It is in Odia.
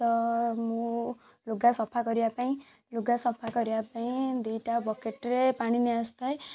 ତ ମୁଁ ଲୁଗା ସଫା କରିବା ପାଇଁ ଲୁଗା ସଫା କରିବା ପାଇଁ ଦୁଇଟା ବକେଟ୍ରେ ପାଣି ନେଇ ଆସିଥାଏ